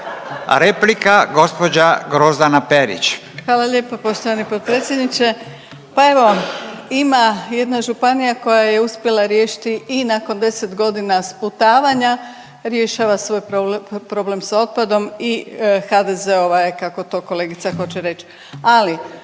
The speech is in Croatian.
Perić. **Perić, Grozdana (HDZ)** Hvala lijepo poštovani potpredsjedniče. Pa evo ima jedna županija koja je uspjela riješiti i nakon 10.g. sputavanja rješava svoj problem s otpadom i HDZ-ova je kako to kolegica hoće reć. Ali